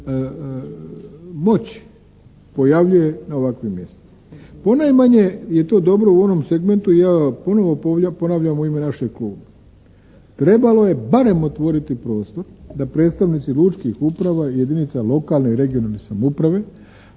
moći pojavljuje na ovakvim mjestima. Ponajmanje je to dobro u onom segmentu i ja ponovo ponavljam u ime našeg kluba. Trebalo je barem otvoriti prostor da predstavnici lučkih uprava i jedinica lokalne i regionalne samouprave